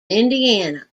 indiana